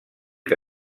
que